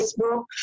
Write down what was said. Facebook